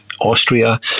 Austria